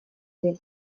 ere